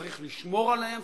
צריך לשמור עליהם,